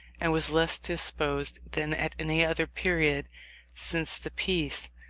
and was less disposed than at any other period since the peace,